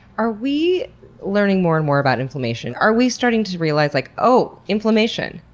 are we learning more and more about inflammation? are we starting to realize like, oh, inflammation.